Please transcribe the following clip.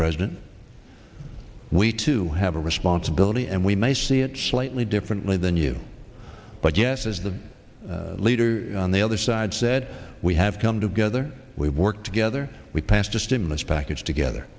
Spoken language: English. president we too have a responsibility and we may see it slightly differently than you but yes as the leader on the other side said we have come together we work together we passed a stimulus package together